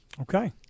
Okay